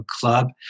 club